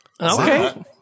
Okay